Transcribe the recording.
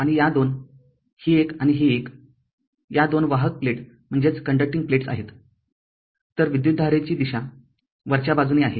आणि या दोन ही एक आणि ही एक या दोन वाहक प्लेट आहेत तरविद्युतधारेची दिशा वरच्या बाजूने आहे